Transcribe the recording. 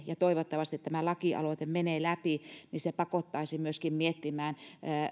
ja toivottavasti tämä lakialoite menee läpi se pakottaisi myöskin miettimään